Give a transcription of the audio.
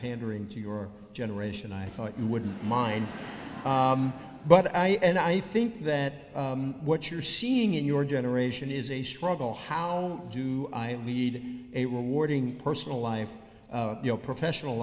pandering to your generation i thought you wouldn't mind but i and i think that what you're seeing in your generation is a struggle how do i lead a rewarding personal life your professional